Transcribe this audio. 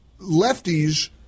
lefties